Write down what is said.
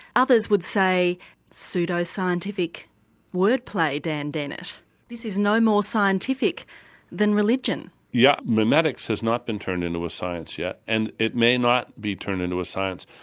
others would say pseudo scientific wordplay, dan dennett this is no more scientific than religion. yes, yeah memetics has not been turned into a science yet and it may not be turned into a science.